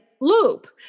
Loop